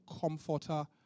comforter